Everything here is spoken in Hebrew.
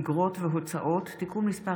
אגרות והוצאות (תיקון מס'